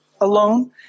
Alone